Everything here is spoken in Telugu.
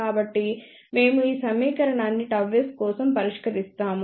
కాబట్టి మేము ఈ సమీకరణాన్ని ΓS కోసం పరిష్కరిస్తాము